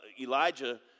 Elijah